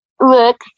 Look